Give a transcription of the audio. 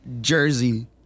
jersey